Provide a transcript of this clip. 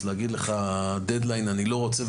להגיד לך דד-ליין אני לא רוצה,